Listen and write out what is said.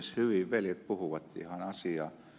hyvin veljet puhuvat ihan asiaa